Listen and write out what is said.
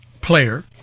player